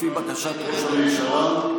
לפי בקשת ראש הממשלה,